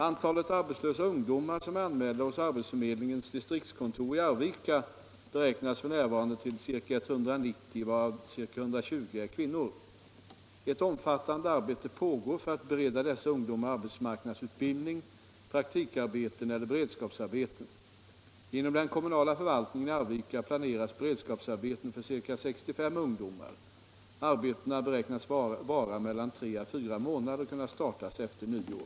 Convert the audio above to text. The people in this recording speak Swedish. Antalet arbetslösa ungdomar som är anmälda hos arbetsförmedlingens distriktskontor i Arvika beräknas f. n. till ca 190, varav ca 120 är kvinnor. Ett omfattande arbete pågår för att bereda dessa ungdomar arbetsmarknadsutbildning, praktikarbeten eller beredskapsarbeten. Inom den kommunala förvaltningen i Arvika planeras beredskapsarbeten för ca 65 ungdomar. Arbetena beräknas vara mellan tre och fyra månader och kunna startas efter nyår.